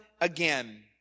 again